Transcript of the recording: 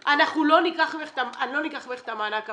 אנחנו לא ניקח ממך את מענק העבודה.